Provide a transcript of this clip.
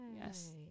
Yes